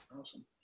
Awesome